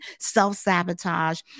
self-sabotage